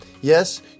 Yes